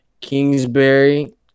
Kingsbury